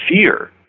fear